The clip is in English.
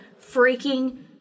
freaking